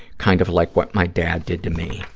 kind of like what my dad did to me.